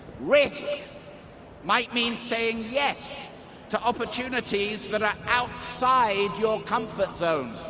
risk might mean saying yes to opportunities that are outside your comfort zone.